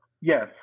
Yes